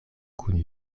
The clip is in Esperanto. kun